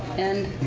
and